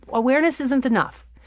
awareness isn't enough.